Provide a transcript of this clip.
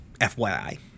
FYI